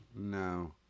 No